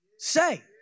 Say